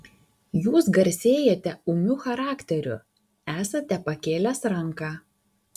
jūs garsėjate ūmiu charakteriu esate pakėlęs ranką